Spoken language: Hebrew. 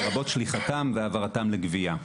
לרבות שליחתם והעברתם לגבייה.